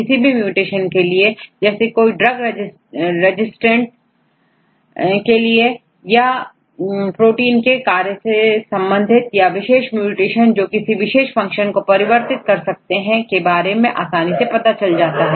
किसी भी म्यूटेशन के लिए जैसे यह ड्रग रेजिस्टेंस के लिए या प्रोटीन के कार्य से संबंधित या विशेष म्यूटेशन जो किसी विशेष फंक्शन को परिवर्तित कर सकते हैं के बारे में आसानी से पता चल सकता है